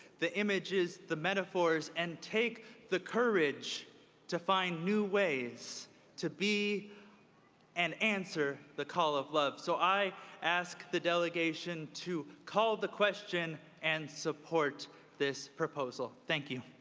the images, the metaphor metaphors, and take the courage to find new ways to be and answer the call of love. so i ask the delegation to call the question and support this proposal. thank you.